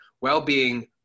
well-being